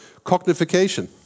Cognification